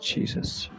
Jesus